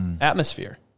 atmosphere